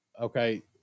okay